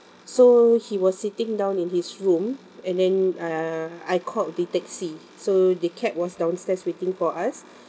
so he was sitting down in his room and then uh I called the taxi so the cab was downstairs waiting for us